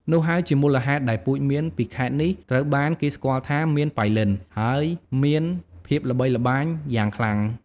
នោះហើយជាមូលហេតុដែលពូជមៀនពីខេត្តនេះត្រូវបានគេស្គាល់ថា មៀនប៉ៃលិន ហើយមានភាពល្បីល្បាញយ៉ាងខ្លាំង។